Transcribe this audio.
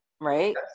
Right